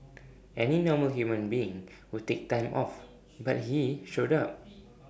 any normal human being would take time off but he showed up